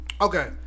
Okay